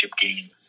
game